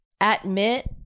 admit